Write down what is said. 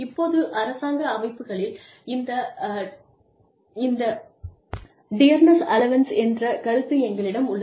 இப்போது அரசாங்க அமைப்புகளில் இந்த டியர்னஸ் அலவன்சஸ் என்ற கருத்து எங்களிடம் உள்ளது